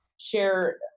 share